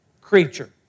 creature